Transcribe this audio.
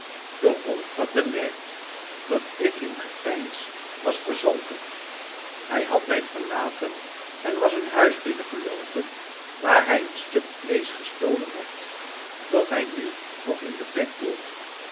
de hond had bemerkt dat ik in gepeins was verzonken hij had mij verlaten en was een huis binnengeloopen waar hij een stuk vleesch gestolen had dat hij nu nog in den bek